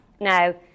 Now